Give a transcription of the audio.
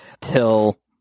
till